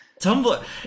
Tumblr